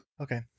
okay